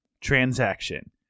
Transaction